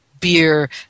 beer